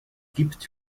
gibt